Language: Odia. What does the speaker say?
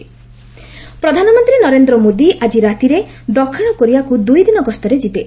ପିଏମ୍ କୋରିଆ ପ୍ରଧାନମନ୍ତ୍ରୀ ନରେନ୍ଦ୍ର ମୋଦି ଆଜି ରାତିରେ ଦକ୍ଷିଣ କୋରିଆକୁ ଦୁଇ ଦିନ ଗସ୍ତରେ ଯିବେ